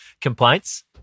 Complaints